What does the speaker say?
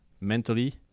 mentally